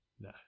No